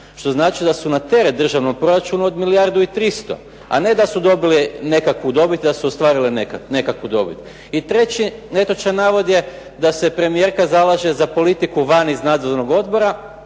što znači da su na teret državnog proračuna od milijardu i 300, a ne da su dobili nekakvu dobit, da su ostvarili nekakvu dobit. I treći netočan navod je da se premijerka zalaže za politiku van iz nadzornih odbora